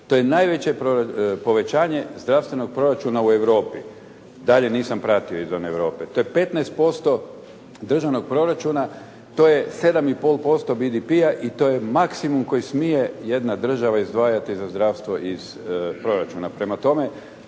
To je najveće povećanje zdravstvenog proračuna u Europi. Dalje nisam pratio izvan Europe. To je 15% državnog proračuna. To je 7 i pol posto BDP-a i to je maksimum koji smije jedna država izdvajati za zdravstvo iz proračuna.